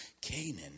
Canaan